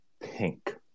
pink